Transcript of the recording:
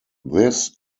this